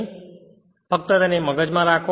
તેને ફક્ત તેને મગજ માં રાખો